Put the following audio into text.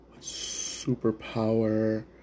Superpower